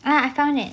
ah I found it